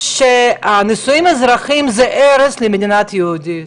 שנישואים אזרחיים הם הרס למדינה היהודית,